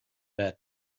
bet